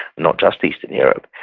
not just eastern europe,